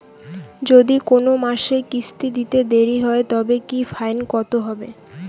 যদি কোন মাসে কিস্তি দিতে দেরি হয় তবে কি ফাইন কতহবে?